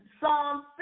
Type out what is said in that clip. Psalm